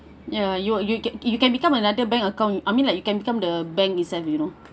ya you you can you can become another bank account I mean like you can become the bank itself you know